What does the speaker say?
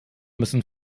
müssen